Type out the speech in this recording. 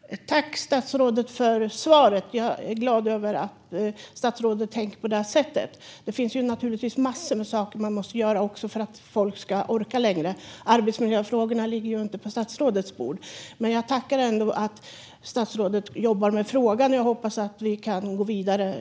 Fru talman! Tack, statsrådet, för svaret! Jag är glad över att statsrådet tänker på det här sättet. Det finns naturligtvis massor av saker man måste göra för att folk ska orka jobba längre. Arbetsmiljöfrågorna ligger ju inte på statsrådets bord. Men jag tackar ändå statsrådet för att han jobbar med frågan och hoppas att vi framöver kan gå vidare